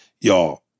y'all